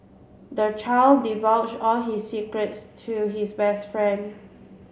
the child divulge all his secrets to his best friend